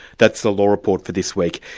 that's the law report for this week.